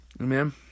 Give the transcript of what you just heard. Amen